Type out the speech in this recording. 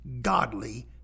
godly